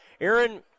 Aaron